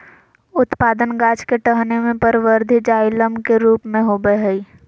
उत्पादन गाछ के टहनी में परवर्धी जाइलम के रूप में होबय हइ